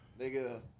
Nigga